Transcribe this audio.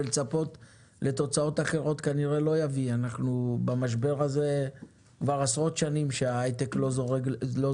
הרי כבר עשרות שנים אנחנו במשבר של הייטק בפריפריה.